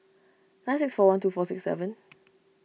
nine six four one two four six seven